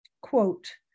quote